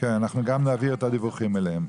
נעביר את הדיווחים אליהם.